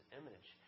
image